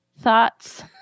thoughts